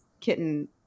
kitten